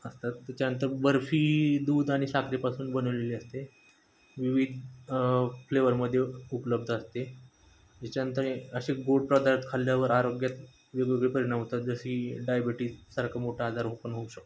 असतात त्याच्यानंतर बर्फी दूध आणि साखरीेपासून बनवलेली असते विविध फ्लेवरमध्ये उपलब्ध असते त्याच्यानंतर असे गोड पदार्थ खाल्ल्यावर आरोग्यात वेगवेगळे परिणाम होतात जशी डायबेटीजसारखं मोठं आजार उत्पन्न होऊ शकतो